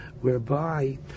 whereby